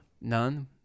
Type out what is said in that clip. None